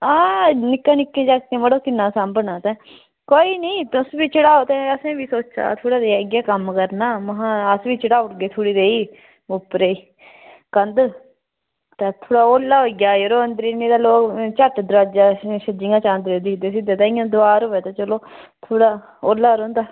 आं निक्के निक्के जागतें गी मड़ो किन्ना सांभना ऐ कोई निं तुस बी चढ़ाओ ते असें बी सोचे दा थोह्ड़ा जेहा इयै नेहा कम्म करना ते अस बी चढ़ाई ओड़गे थोह्ड़ी जेही उप्परै ई कन्ध थोह्ड़ा जेहा औल्ला होई जा नेईं तां लोग झट्ट दरोआजै कश दिक्खदे रौहंदे ते इंया कोई दिवार होऐ ते थोह्ड़ा ओह्ल्ला रौंहदा